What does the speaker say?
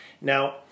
Now